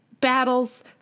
battles